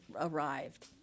arrived